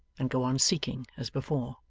and go on seeking as before.